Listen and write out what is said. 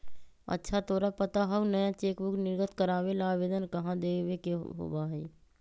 अच्छा तोरा पता हाउ नया चेकबुक निर्गत करावे ला आवेदन कहाँ देवे के होबा हई?